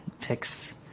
picks